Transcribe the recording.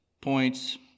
points